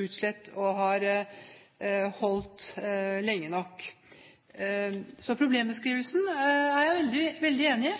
utslitt og har holdt lenge nok. Så problembeskrivelsen er jeg veldig